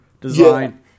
design